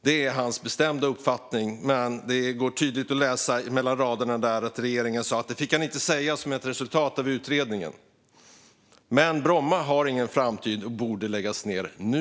Det är hans bestämda uppfattning, men det går tydligt att läsa mellan raderna att regeringen hade sagt att han inte fick säga detta som ett resultat av utredningen. Men Bromma har ingen framtid och borde läggas ned nu.